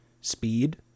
speed